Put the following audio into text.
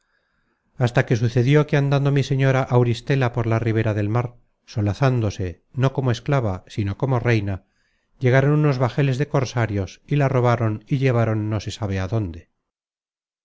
hasta que sucedió que andando mi señora auristela por la ribera del mar solazándose no como esclava sino como reina llegaron unos bajeles de cosarios y la robaron y llevaron no se sabe a dónde